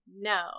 No